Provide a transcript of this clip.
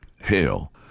Hell